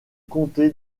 comté